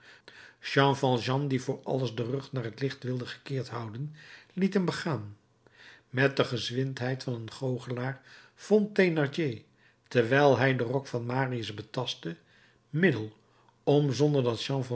jean valjean die voor alles den rug naar t licht wilde gekeerd houden liet hem begaan met de gezwindheid van een goochelaar vond thénardier terwijl hij den rok van marius betastte middel om zonder dat jean